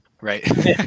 right